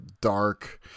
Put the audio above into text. dark